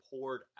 poured